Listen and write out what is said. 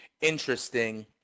interesting